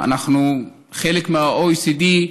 אנחנו חלק מה-OECD.